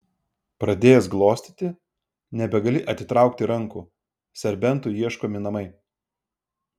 pradėjęs glostyti nebegali atitraukti rankų serbentui ieškomi namai